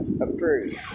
approved